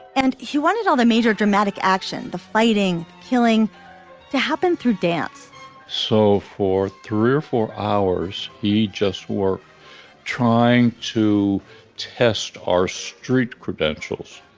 and he wanted all the major dramatic action. the fighting killing to happen through dance so for three or four hours, he just were trying to test our street credentials.